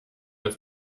als